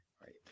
right